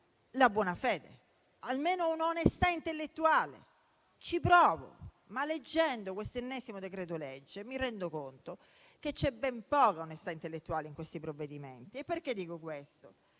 la buonafede, o almeno un'onestà intellettuale. Ci provo ma, leggendo questo ennesimo decreto-legge, mi rendo conto che c'è ben poca onestà intellettuale in questi provvedimenti. Dico ciò perché